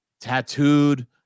tattooed